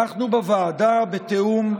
אנחנו בוועדה, בתיאום,